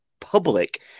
public